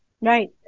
Right